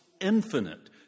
infinite